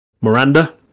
Miranda